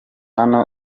hano